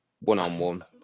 One-on-one